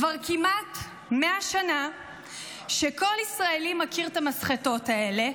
כבר כמעט מאה שנה שכל ישראלי מכיר את המסחטות האלה,